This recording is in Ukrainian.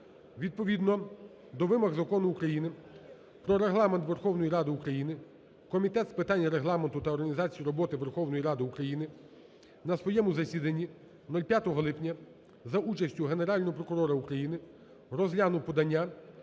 Відповідно до вимог Закону України "Про Регламент Верховної Ради України" Комітет з питань Регламенту та організації роботи Верховної Ради України на своєму засіданні 05 липня за участю Генерального прокурора України розглянув подання